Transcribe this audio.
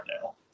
now